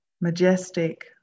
majestic